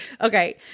Okay